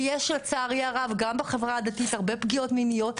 כי יש לצערי הרב גם בחברה הדתית הרבה פגיעות מיניות,